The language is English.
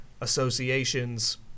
associations